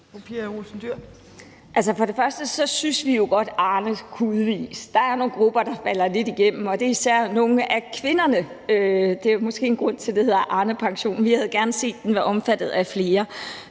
For det første synes vi jo godt, at Arnepensionen kunne udvides. Der er nogle grupper, der falder lidt igennem, og det er især nogle af kvinderne. Der er jo måske en grund til, at det hedder Arnepensionen, og vi havde gerne set, at den havde omfattet flere,